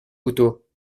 couteaux